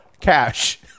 cash